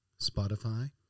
Spotify